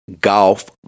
Golf